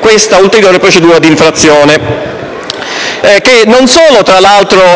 questa ulteriore procedura d'infrazione, che non solo